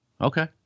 Okay